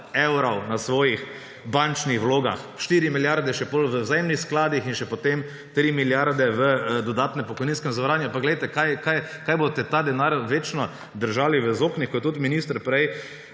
evrov na svojih bančnih vlogah, 4 milijarde še potem v vzajemnih skladih in še potem 3 milijarde v dodatnem pokojniškem zavarovanju. Kaj boste ta denar večno držali v zoknih, kot je tudi minister prej